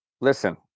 listen